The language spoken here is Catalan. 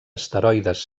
esteroides